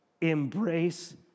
embrace